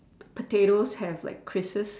potatoes have like creases